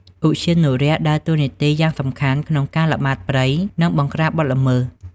ឧទ្យានុរក្សដើរតួនាទីយ៉ាងសំខាន់ក្នុងការល្បាតព្រៃ និងបង្ក្រាបបទល្មើស។